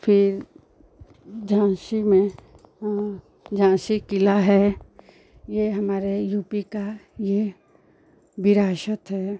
फिर झाँसी में झाँसी किला है यह हमारे यू पी की यह विरासत हैं